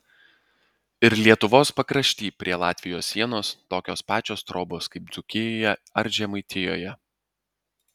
ir lietuvos pakrašty prie latvijos sienos tokios pačios trobos kaip dzūkijoje ar žemaitijoje